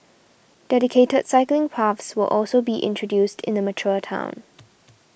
dedicated cycling paths will also be introduced in the mature town